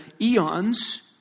eons